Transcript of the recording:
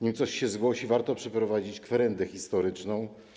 Nim coś się zgłosi, warto przeprowadzić kwerendę historyczną.